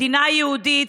מדינה יהודית,